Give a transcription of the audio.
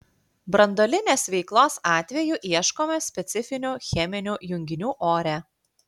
branduolinės veiklos atveju ieškoma specifinių cheminių junginių ore